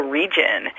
region